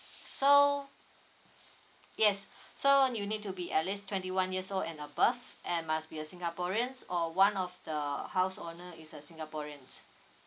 so yes so you need to be at least twenty one years old and above and must be a singaporean or one of the house owner is a singaporean